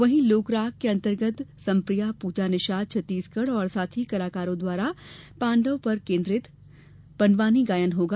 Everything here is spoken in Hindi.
वहीं लोकराग के अंतर्गत समप्रिया पूजा निषाद छत्तीसगढ और साथी कलाकारों द्वारा पाडंवों पर केन्द्रित पंडवानी गायन होगा